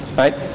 right